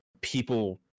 people